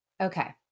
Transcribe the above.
Okay